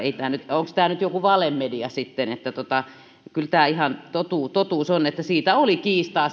onko tämä nyt joku valemedia sitten kun kyllä tämä ihan totuus totuus on että siitä toimeksiannosta oli kiistaa